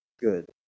good